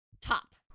Top